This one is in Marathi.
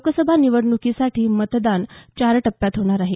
लोकसभा निवडणुकीसाठी मतदान चार टप्प्यात होणार आहे